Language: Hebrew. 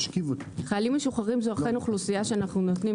חיילים משוחררים זו אכן אוכלוסייה שאנחנו נותנים